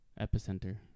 epicenter